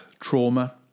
trauma